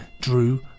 Drew